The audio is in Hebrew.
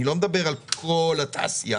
אני לא מדבר על כל התעשייה,